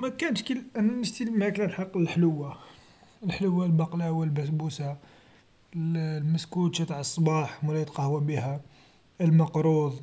مكانش أنا نشتهي الماكله الحق الحلوا، الحلوا البقلاوا البسبوسا، ل-لمسكوتشا تع الصباح نتقهوي بيها، المقروض،